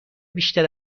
بیشتر